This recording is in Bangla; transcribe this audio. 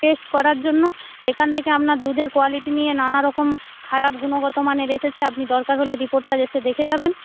টেস্ট করার জন্য সেখান থেকে আপনার দুধের কোয়ালিটি নিয়ে নানা রকম খারাপ গুণগত মানের এসেছে আপনি দরকার হলে রিপোর্টটা এসে দেখে যাবেন